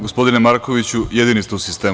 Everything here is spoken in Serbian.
Gospodine Markoviću, jedini ste u sistemu.